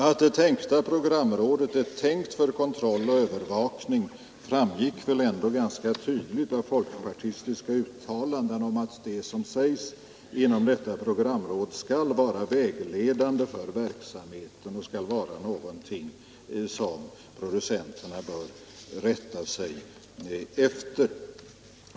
Att det tänkta programrådet är avsett för kontroll och övervakning framgår väl ändå ganska tydligt av folkpartistiska uttalanden om att det som sägs inom detta programråd skall vara vägledande för verksamheten och skall vara någonting som producenterna bör rätta sig efter.